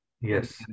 yes